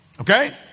Okay